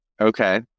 Okay